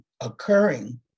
occurring